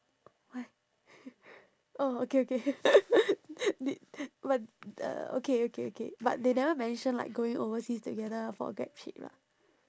where oh okay okay did but uh okay okay okay but they never mention like going overseas together for grad trip ah